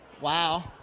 wow